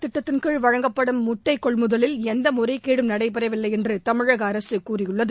சத்துணவு திட்டத்தின் கீழ் வழங்கப்படும் முட்டை கொள்முதலில் எந்த முறைகேடும் நடைபெறவில்லை என்று தமிழக அரசு கூறியுள்ளது